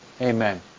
Amen